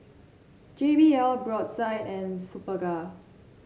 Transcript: J B L Brotzeit and Superga